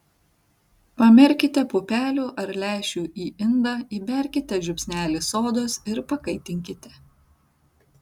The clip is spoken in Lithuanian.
pamerkite pupelių ar lęšių į indą įberkite žiupsnelį sodos ir pakaitinkite